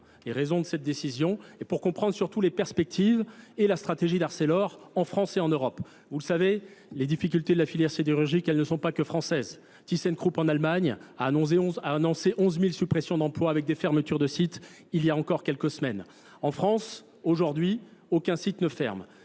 les raisons de cette décision et pour comprendre surtout les perspectives et la stratégie d'Arcelor en France et en Europe. Vous le savez, les difficultés de la filière sédérologique, elles ne sont pas que françaises. Thyssen Group en Allemagne a annoncé 11 000 suppressions d'emplois avec des fermetures de sites il y a encore quelques semaines. En France, aujourd'hui, aucun site ne ferme.